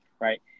right